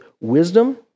wisdom